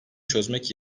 çözmek